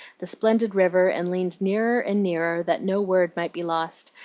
the splendid river, and leaned nearer and nearer that no word might be lost,